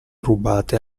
rubate